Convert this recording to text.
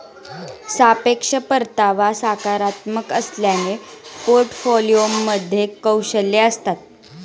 सापेक्ष परतावा सकारात्मक असल्याने पोर्टफोलिओमध्ये कौशल्ये असतात